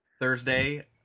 Thursday